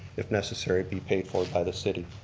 if necessary, be paid for by the city.